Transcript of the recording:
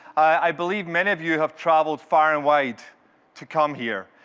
i believe many of you have traveled far and wide to come here.